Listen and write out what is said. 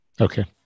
Okay